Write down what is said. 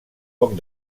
poc